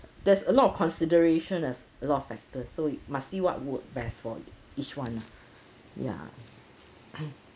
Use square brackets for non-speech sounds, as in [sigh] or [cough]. there's a lot of consideration of a lot of factors so must see what work best for each one ya [coughs]